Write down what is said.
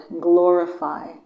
glorify